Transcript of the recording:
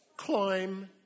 Climb